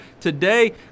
today